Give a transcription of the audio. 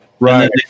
Right